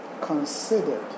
considered